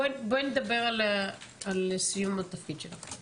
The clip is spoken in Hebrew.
בואי נדבר על סיום התפקיד שלך.